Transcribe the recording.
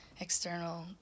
external